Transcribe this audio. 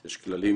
יש כללים